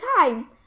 time